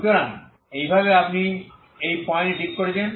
সুতরাং এইভাবে আপনি এই পয়েন্টটি ঠিক করছেন